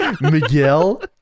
Miguel